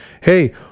Hey